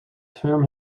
term